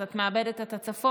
אז את מאבדת את הצפון.